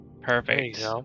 perfect